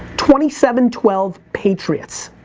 twenty seven twelve patriots,